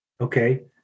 okay